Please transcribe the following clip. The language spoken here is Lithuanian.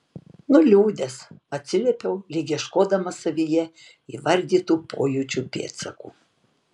nuliūdęs atsiliepiau lyg ieškodamas savyje įvardytų pojūčių pėdsakų